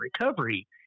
recovery